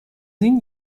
این